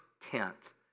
tenth